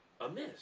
amiss